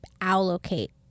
allocate